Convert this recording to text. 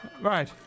Right